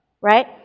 right